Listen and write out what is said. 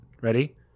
Ready